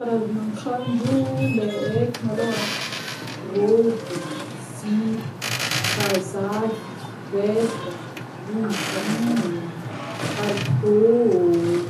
Karazagna ankanjo le eko malôha an: robo, zipo, kazaky, veste, blouson, palitô.